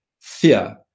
fear